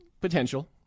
potential